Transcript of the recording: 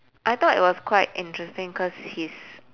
I thought it was quite interesting cause his